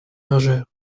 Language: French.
lingère